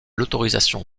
autorisation